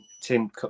Tim